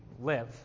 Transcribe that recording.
live